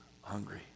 hungry